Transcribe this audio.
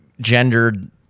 gendered